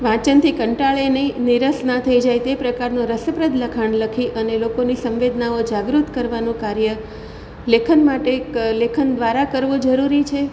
વાંચનથી કંટાળે નહીં નીરસ ના થઈ જાય તે પ્રકારનું રસપ્રદ લખાણ લખી અને લોકોની સંવેદનાઓ જાગૃત કરવાનું કાર્ય લેખન માટે લેખન દ્વારા કરવું જરૂરી છે